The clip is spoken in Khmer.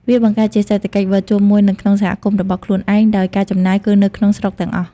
វាបង្កើតជាសេដ្ឋកិច្ចវិលជុំមួយនៅក្នុងសហគមន៍របស់ខ្លួនឯង ដោយការចំណាយគឺនៅក្នុងស្រុកទាំងអស់។